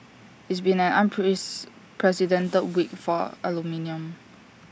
it's been an unprecedented week for aluminium